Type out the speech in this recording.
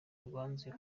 rwanzuye